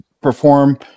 perform